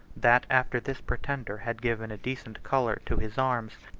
that after this pretender had given a decent color to his arms,